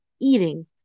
eating